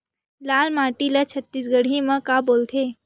लाल माटी ला छत्तीसगढ़ी मा का बोलथे?